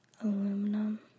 Aluminum